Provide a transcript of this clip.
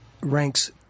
ranks